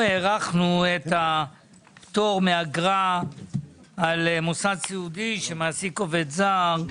אנחנו הארכנו את הפטור מאגרה על מוסד סיעודי שמעסיק עובד זר.